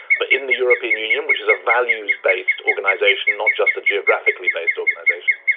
but in the european union, which is a values based organization, not just a geographically based organization,